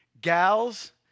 Gals